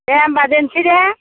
दे होनबा दोनसै दे